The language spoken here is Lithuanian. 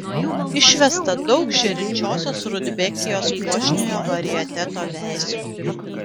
išvesta daug žėrinčiosios rudbekijos puošniojo varieteto veislių